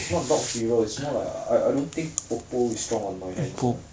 not dog hero it's more like I I don't think bobo is strong on my hands [one]